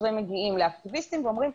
שוטרים מגיעים לאקטיביסטים ואומרים,